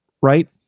right